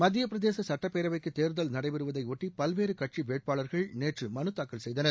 மத்திய பிரதேச சுட்டப்பேரவைக்கு தேர்தல் நடைபெறுவதையொட்டி பல்வேறு கட்சி வேட்பாளர்கள் நேற்று மனுதாக்கல் செய்தனர்